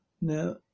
Now